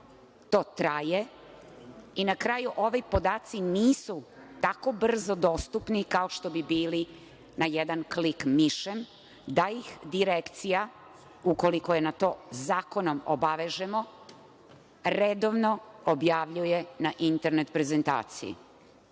to traje i na kraju ovi podaci nisu tako brzo dostupni kao što bi bili na jedan klik mišem, da ih Direkcija, ukoliko je na to zakonom obavežemo, redovno objavljuje na internet prezentaciji.U